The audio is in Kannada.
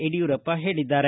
ಯಡಿಯೂರಪ್ಪ ಹೇಳಿದ್ದಾರೆ